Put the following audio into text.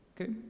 okay